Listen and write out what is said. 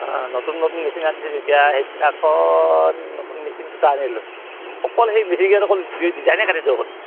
নতুন নতুন মেচিন আনি থৈছোঁ এতিয়া সেইদিনাখন নতুন মেচিন দুটা আনিলোঁ অকল সেই মেচিনকেইটাত অকল ডিজাইনে কাটি দিয়ে অকল সেইকেইটা